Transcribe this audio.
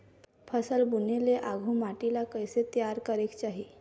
फसल बुने ले आघु माटी ला कइसे तियार करेक चाही?